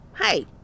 hey